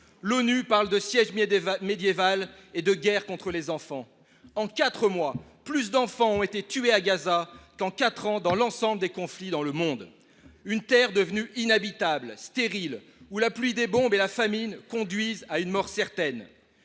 L’ONU parle de siège médiéval et de guerre contre les enfants. En quatre mois, plus d’enfants sont tués à Gaza qu’en quatre ans dans l’ensemble des conflits dans le monde. Gaza est devenue une terre inhabitable, stérile, où la pluie des bombes et la famine conduisent à une mort certaine.